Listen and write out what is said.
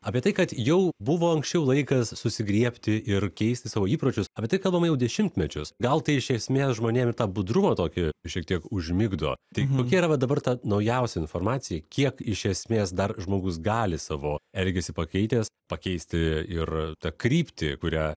apie tai kad jau buvo anksčiau laikas susigriebti ir keisti savo įpročius apie tai kalbama jau dešimtmečius gal tai iš esmės žmonėm ir tą budrumą tokį šiek tiek užmigdo tai kokia yra va dabar ta naujausia informacija kiek iš esmės dar žmogus gali savo elgesį pakeitęs pakeisti ir tą kryptį kuria